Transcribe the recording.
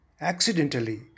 accidentally